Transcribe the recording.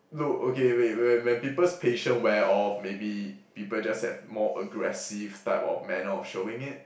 look okay wait when when people's patience wear off maybe people just have more aggressive type of manner of showing it